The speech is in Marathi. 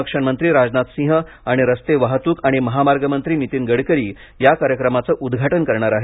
संरक्षण मंत्री राजनाथ सिंह आणि रस्ते वाहतूक आणि महामार्ग मंत्री नीतीन गडकरी या कार्यक्रमाचं उद्घाटन करणार आहेत